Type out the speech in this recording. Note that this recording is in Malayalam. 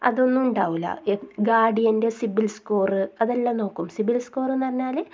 അതൊന്നും ഉണ്ടാവില്ല ഗാഡിയൻ്റെ സിബിൽ സ്കോറ് അതെല്ലാം നോക്കും സിബിൽ സ്കോറ് എന്ന് പറഞ്ഞാൽ